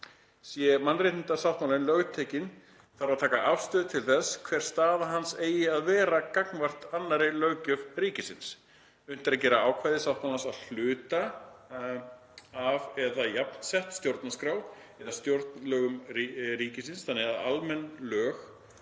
Sé mannréttindasáttmálinn lögtekinn þarf að taka afstöðu til þess hver staða hans eigi að vera gagnvart annarri löggjöf ríkisins. Unnt er að gera ákvæði sáttmálans að hluta af eða jafnsett stjórnarskrá eða stjórnlögum ríkisins þannig að almenn lög,